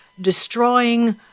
destroying